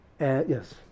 Yes